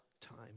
time